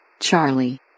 Charlie